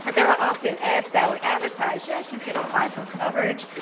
but there were often ads that would advertise, yes, you can apply for coverage,